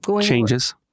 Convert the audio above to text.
changes